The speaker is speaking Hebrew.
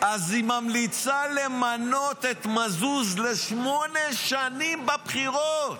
אז היא ממליצה למנות את מזוז לשמונה שנים בבחירות.